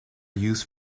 used